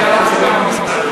לצערי הרב,